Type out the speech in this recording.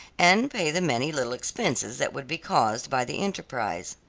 and pay the many little expenses that would be caused by the enterprise.